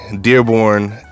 Dearborn